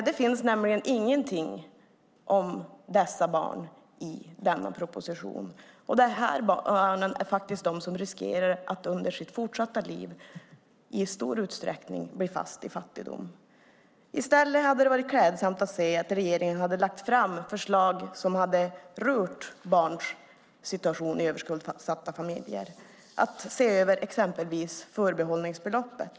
Det finns nämligen ingenting om dessa barn i denna proposition. Det är dessa barn som under sitt fortsatta liv i stor utsträckning riskerar att bli fast i fattigdom. Det hade varit klädsamt om regeringen hade lagt fram förslag som handlar om situationen för barn i överskuldsatta familjer. Regeringen kunde exempelvis se över förbehållsbeloppet.